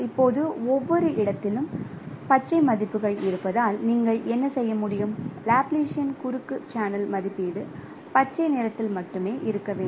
இப்போது ஒவ்வொரு இடத்திலும் பச்சை மதிப்புகள் இருப்பதால் நீங்கள் என்ன செய்ய முடியும் லாப்லாசியனின் குறுக்கு சேனல் மதிப்பீடு பச்சை நிறத்தில் மட்டுமே இருக்க வேண்டும்